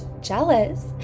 jealous